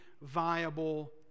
viable